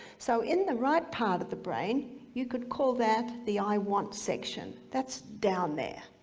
so in the right part of the brain you could call that the i want section that's down there.